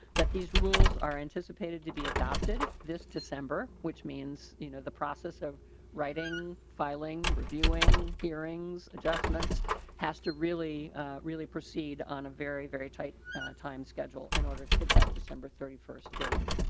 that these rules are anticipated to be a doubt did this december which means you know the process of writing filing reviewing hearings adjustments has to really really proceed on very very tight time schedule in order to hit that december thirty first date.